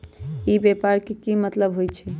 ई व्यापार के की मतलब होई छई?